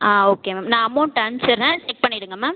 ஆ okay ma'am நான் amount அனுப்பிச்சிட்றேன் check பண்ணிடுங்கள் மேம்